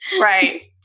Right